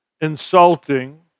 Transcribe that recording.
insulting